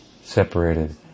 separated